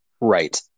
Right